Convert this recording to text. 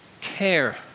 care